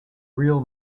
real